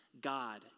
God